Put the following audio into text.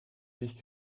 sich